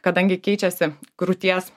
kadangi keičiasi krūties